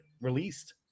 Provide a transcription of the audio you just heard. released